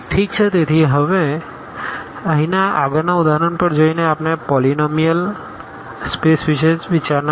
ઠીક છે તેથી હવે અહીંનાં આગળનાં ઉદાહરણ પર જઈને આપણે પોલીનોમીઅલ સ્પેસ વિશે વિચારણા કરીશું